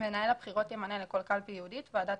מנהל הבחירות ימנה לכל קלפי ייעודית ועדת